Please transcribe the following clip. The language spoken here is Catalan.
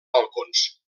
balcons